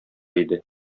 иде